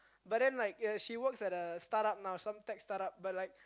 but then like uh she works at a startup now some tech startup but like